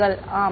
மாணவர் ஆம்